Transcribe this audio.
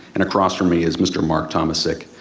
and across from me is mr. mark tomasic,